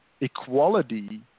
equality